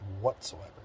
whatsoever